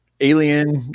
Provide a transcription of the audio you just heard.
Alien